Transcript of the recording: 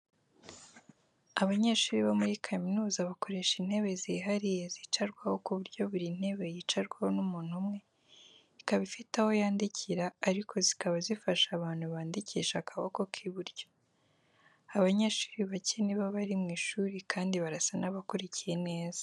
Abanyeshuri bo muri kaminuza bakoresha intebe zihariye zicarwaho ku buryo buri ntebe yicarwaho n'umuntu umwe, ikaba ifite aho yandikira ariko zikaba zifasha abantu bandikisha akaboko k'iburyo. Abanyeshuri bake ni bo bari mu ishuri kandi barasa n'abakurikiye neza.